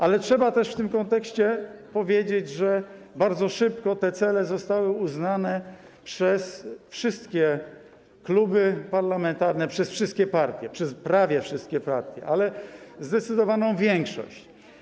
Ale trzeba też w tym kontekście powiedzieć, że bardzo szybko te cele zostały uznane przez wszystkie kluby parlamentarne, przez wszystkie partie, przez prawie wszystkie partie, przez zdecydowaną większość.